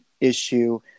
issue